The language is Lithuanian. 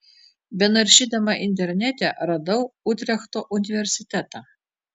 benaršydama internete radau utrechto universitetą